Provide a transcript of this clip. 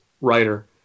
writer